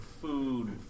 food